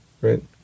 right